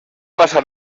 passar